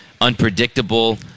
unpredictable